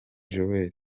joel